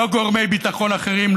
לא גורמי ביטחון אחרים,